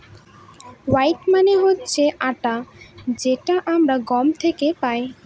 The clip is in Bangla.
হোইট মানে হচ্ছে আটা যেটা আমরা গম থেকে পাই